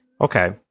Okay